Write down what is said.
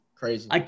Crazy